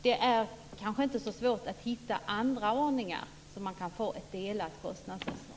Det är kanske inte så svårt att hitta andra ordningar så att man kan få ett delat kostnadsansvar.